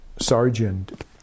sergeant